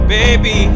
baby